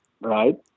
right